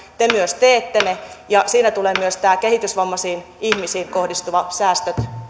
te myös teette ne ja siinä tulevat myös nämä kehitysvammaisiin ihmisiin kohdistuvat säästöt